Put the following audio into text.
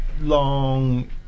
long